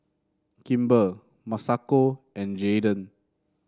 Kimber Masako and Jaeden